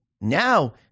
Now